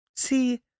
See